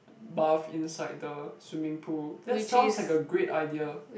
bath inside the swimming pool that sounds like a great idea